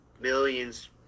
millions